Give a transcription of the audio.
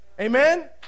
Amen